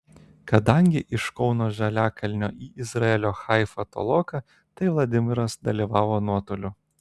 kadangi iš kauno žaliakalnio į izraelio haifą toloka tai vladimiras dalyvavo nuotoliu